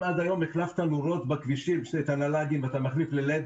אם עד היום החלפת נורות בכבישים ואתה מחליף ל-לד